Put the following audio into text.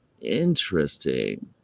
interesting